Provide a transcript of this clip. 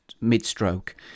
mid-stroke